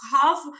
half